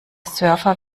server